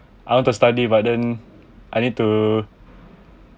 I want to study but then I need to